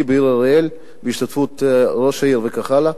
באריאל בהשתתפות ראש העיר וכך הלאה.